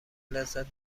لذت